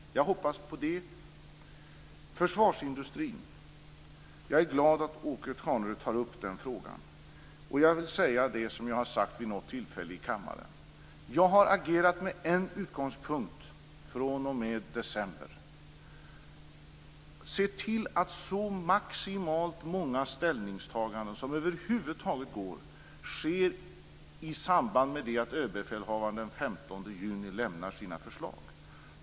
Jag hoppas på det. Jag är glad över att Åke Carnerö tar upp frågan om försvarsindustrin. Jag har agerat med en utgångspunkt från december: Se till att så maximalt många ställningstaganden som över huvud taget går sker i samband med det att ÖB den 15 juni överlämnar sina förslag.